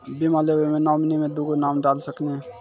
बीमा लेवे मे नॉमिनी मे दुगो नाम डाल सकनी?